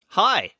hi